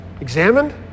examined